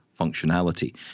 functionality